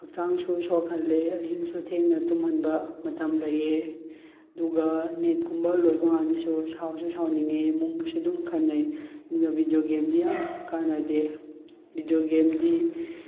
ꯍꯛꯆꯥꯡꯁꯨ ꯁꯣꯛꯍꯜꯂꯦ ꯑꯍꯤꯡꯁꯨ ꯊꯦꯡꯅ ꯇꯨꯝꯍꯟꯕ ꯃꯇꯝ ꯂꯩꯌꯦ ꯑꯗꯨꯒ ꯅꯦꯠꯀꯨꯝꯕ ꯂꯣꯏꯕꯀꯥꯟꯗꯁꯨ ꯁꯥꯎꯁꯨ ꯁꯥꯎꯅꯤꯡꯉꯦ ꯏꯃꯨꯡꯒꯁꯨ ꯑꯗꯨꯝ ꯈꯠꯅꯩ ꯑꯗꯨꯅ ꯚꯤꯗꯤꯑꯣ ꯒꯦꯝꯗꯤ ꯌꯥꯝ ꯀꯥꯟꯅꯗꯦ ꯚꯤꯗꯤꯑꯣ ꯒꯦꯝꯗꯤ